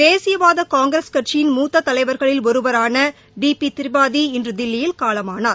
தேசியவாத காங்கிரஸ் கட்சியின் மூத்த தலைவா்களில் ஒருவரான டி பி திரிபாதி இன்று தில்லியில் காலமானார்